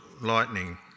lightning